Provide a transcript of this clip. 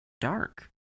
dark